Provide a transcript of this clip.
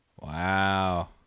Wow